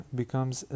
becomes